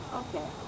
okay